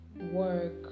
work